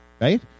right